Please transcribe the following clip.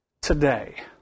today